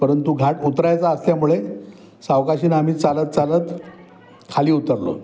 परंतु घाट उतरायचा असल्यामुळे सावकाशीनं आम्ही चालत चालत खाली उतरलो